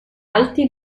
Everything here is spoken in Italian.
alti